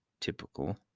typical